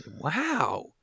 Wow